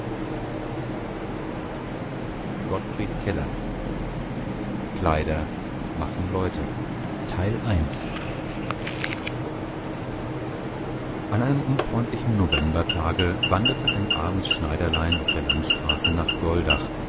gottfried keller an einem unfreundlichen novembertage wanderte ein armes schneiderlein auf der landstraße nach goldach